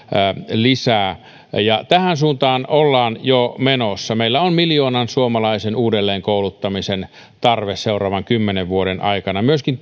lisää ja tähän suuntaan ollaan jo menossa meillä on miljoonan suomalaisen uudelleenkouluttamisen tarve seuraavan kymmenen vuoden aikana myöskin